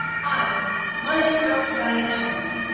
hi my name is dr. dianne shanley.